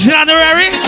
January